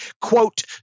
quote